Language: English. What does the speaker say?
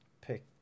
pick